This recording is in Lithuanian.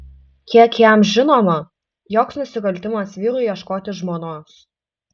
kiek jam žinoma joks nusikaltimas vyrui ieškoti žmonos